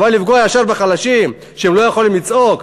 אבל לפגוע ישר בחלשים שלא יכולים לצעוק?